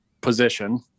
position